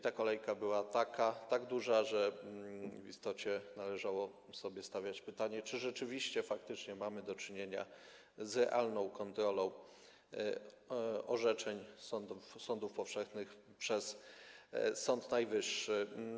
Ta kolejka była taka duża, że w istocie należało sobie stawiać pytanie, czy rzeczywiście, faktycznie mamy do czynienia z realną kontrolą orzeczeń sądów powszechnych przez Sąd Najwyższy.